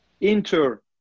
Inter